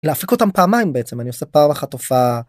להפיק אותם פעמיים בעצם אני עושה פעם אחת הופעה.